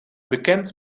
bekend